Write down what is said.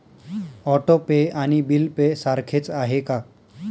Auto pay आणि bill pay सारखेच आहे का?